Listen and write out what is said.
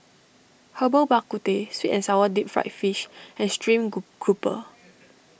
Herbal Bak Ku Teh Sweet and Sour Deep Fried Fish and Stream Grouper